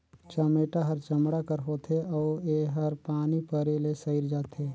चमेटा हर चमड़ा कर होथे अउ एहर पानी परे ले सइर जाथे